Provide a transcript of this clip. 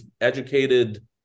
educated